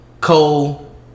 Cole